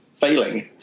failing